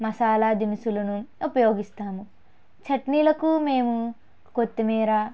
మసాల దినుసులను ఉపయోగిస్తాము చట్నీలకు మేము కొత్తిమీర